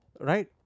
Right